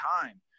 time